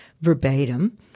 verbatim